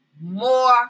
more